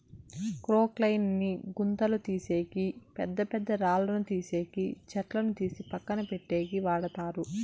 క్రొక్లేయిన్ ని గుంతలు తీసేకి, పెద్ద పెద్ద రాళ్ళను తీసేకి, చెట్లను తీసి పక్కన పెట్టేకి వాడతారు